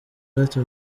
gato